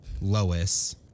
Lois